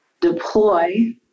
deploy